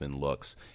looks